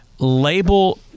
label